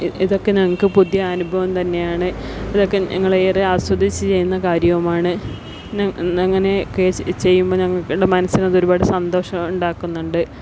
ഇതൊക്കെ ഞങ്ങൾക്ക് പുതിയ അനുഭവം തന്നെയാണ് ഇതൊക്കെ ഞങ്ങള് ഏറെ ആസ്വദിച്ച് ചെയ്യുന്ന കാര്യവുമാണ് അങ്ങനെ കെ ചെയ്യുമ്പം ഞങ്ങളുടെ മനസ്സിന് അത് ഒരുപാട് സന്തോഷം ഉണ്ടാക്കുന്നുണ്ട്